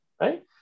right